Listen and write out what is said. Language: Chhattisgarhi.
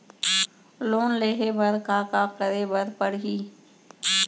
लोन लेहे बर का का का करे बर परहि?